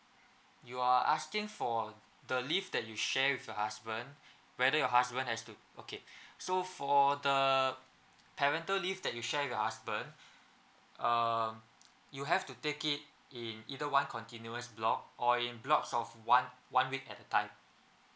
you are asking for the leave that you share with your husband whether your husband has to okay so for the parental leave that you share with your husband um you have to take it in either one continuous block or in blocks of one one week at a time